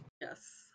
Yes